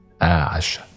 Ash